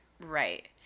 Right